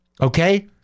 okay